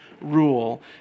rule